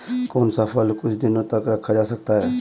कौन सा फल कुछ दिनों तक रखा जा सकता है?